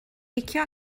licio